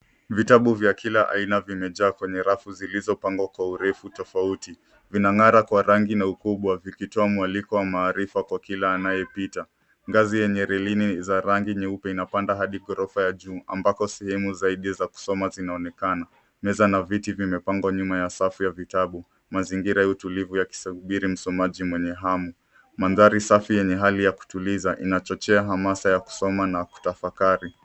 Vitabu vya kila aina vimejaa kwenye rafu zilizopangwa kwa urefu tofauti. Vinangara kwa rangi na ukubwa vikitoa mwaliko wa maarifa kwa kila anayepita. Ngazi yenye rilini za rangi nyeupe inapanda hadi ghorofa ya juu ambako sehemu zaidi za kusoma zinaonekana. Meza na viti zimepangwa nyuma ya safu za vitabu. Mazingira ya utulivu yakisubiri msomaji mwenye hamu. Mandhari safi yenye hali ya kutuliza inachochea hamasa ya kusoma na kutafakari.